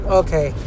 okay